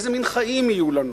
איזה מין חיים יהיו לנו?